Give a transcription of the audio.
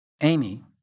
Amy